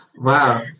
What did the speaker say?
wow